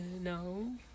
no